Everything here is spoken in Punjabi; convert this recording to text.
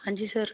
ਹਾਂਜੀ ਸਰ